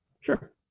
Sure